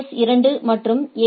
S 2 மற்றும் எ